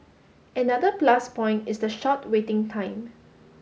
another plus point is the short waiting time